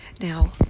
Now